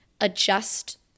adjust